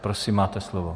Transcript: Prosím, máte slovo.